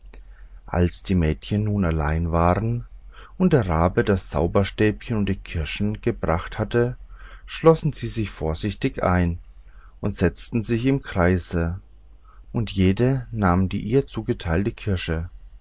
als die mädchen nun allein waren und der rabe das zauberstäbchen und die kirschen gebracht hatte schlossen sie sich vorsichtig ein und setzten sich im kreise und jede nahm die ihr zugeteilte kirsche